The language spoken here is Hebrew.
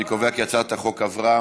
אני קובע כי הצעת החוק עברה.